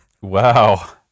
Wow